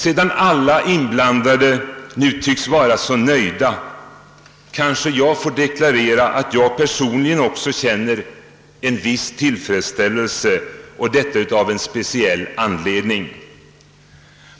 Sedan alla inblandade nu tycks vara nöjda kanske jag får deklarera att jag personligen också 'känner en viss tillfredsställelse — och detta av en speciell anledning.